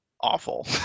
awful